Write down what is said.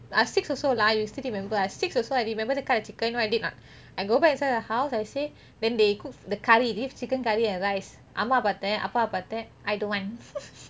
I six also lah you still remember I six years old I remember the cut the chicken you know what I did or not I go back inside the house I say then they cook the curry leaf chicken curry and rice அம்மா பாத்தேன் அப்பா பாத்தேன்:amma paathen appa paathen I don't want